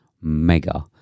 mega